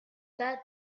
that